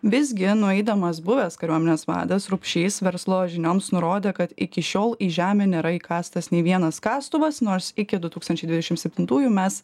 visgi nueidamas buvęs kariuomenės vadas rupšys verslo žinioms nurodė kad iki šiol į žemę nėra įkąstas nei vienas kastuvas nors iki du tūkstančiai dvidešim septintųjų mes